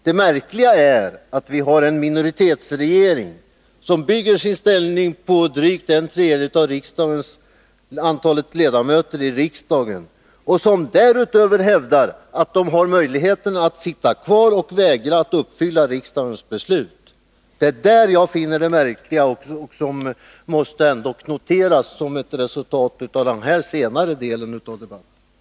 Det märkliga är att vi har en minoritetsregering som bygger sin ställning på drygt en tredjedel av antalet ledamöter i riksdagen och som därutöver hävdar att den har möjlighet att sitta kvar och vägra att uppfylia riksdagens beslut. Det är detta jag finner märkligt, och det måste noteras som ett resultat av den senare delen av debatten.